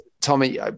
Tommy